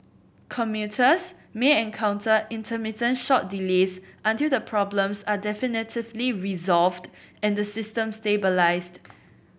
commuters may encounter intermittent short delays until the problems are definitively resolved and the system stabilised